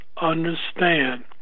understand